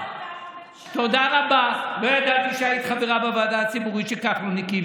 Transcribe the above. לא ידעתי שהיית חברה בוועדה הציבורית שכחלון הקים,